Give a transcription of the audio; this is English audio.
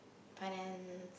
finance